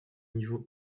niveau